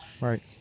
Right